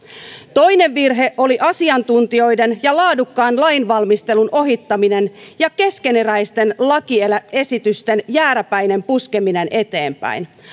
toinen virhe oli asiantuntijoiden ja laadukkaan lainvalmistelun ohittaminen ja keskeneräisten lakiesitysten jääräpäinen puskeminen eteenpäin